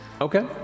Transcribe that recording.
Okay